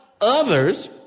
others